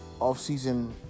offseason